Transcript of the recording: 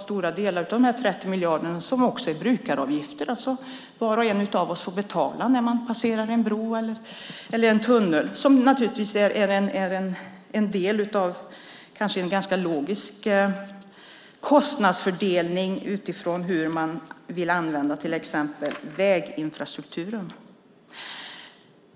stora delar av dessa 30 miljarder är brukaravgifter som var och en av oss får betala när vi passerar en bro eller en tunnel. Det är en del av en logisk kostnadsfördelning utifrån hur man vill använda väginfrastrukturen.